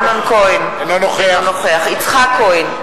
אינו נוכח יצחק כהן,